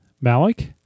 Malik